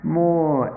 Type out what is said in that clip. more